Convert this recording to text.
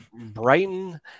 Brighton